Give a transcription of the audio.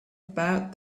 about